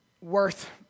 worth